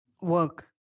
work